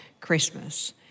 Christmas